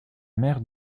mère